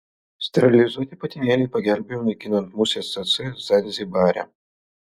sterilizuoti patinėliai pagelbėjo naikinant muses cėcė zanzibare